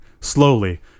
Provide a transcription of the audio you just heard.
Slowly